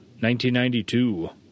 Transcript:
1992